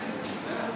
נתקבלו.